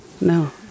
no